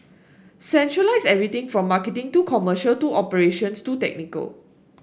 centralise everything from marketing to commercial to operations to technical